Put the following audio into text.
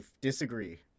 disagree